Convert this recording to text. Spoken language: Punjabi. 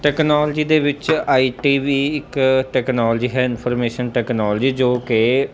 ਟੈਕਨੋਲਜੀ ਦੇ ਵਿੱਚ ਆਈਟੀ ਵੀ ਇੱਕ ਟੈਕਨੋਲੋਜੀ ਹੈ ਇਨਫੋਰਮੇਸ਼ਨ ਟੈਕਨੋਲਜੀ ਜੋ ਕਿ